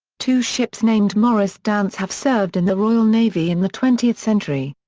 two ships named morris dance have served in the royal navy in the twentieth century.